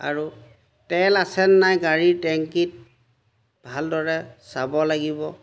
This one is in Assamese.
আৰু তেল আছে নাই গাড়ীৰ টেংকীত ভালদৰে চাব লাগিব